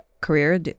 career